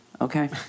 Okay